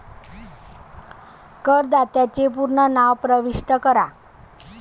करदात्याचे पूर्ण नाव प्रविष्ट करा